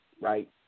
right